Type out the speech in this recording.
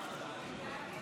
אני לא יכולה לדבר ככה, באמת.